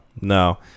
No